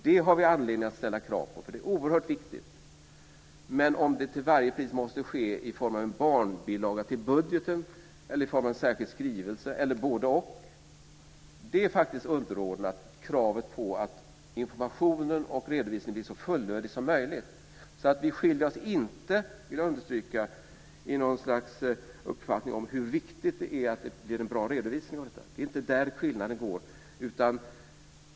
Det har vi anledning att ställa krav på, för det är oerhört viktigt. Men om det till varje pris måste ske i form av en barnbilaga till budgeten eller i form av en särskild skrivelse eller både-och är faktiskt underordnat kravet på att informationen och redovisningen blir så fullödig som möjligt. Vi skiljer oss alltså inte - det vill jag understryka - i något slags uppfattning hur viktigt det är att ge en bra redovisning. Det är inte där skillnaden går.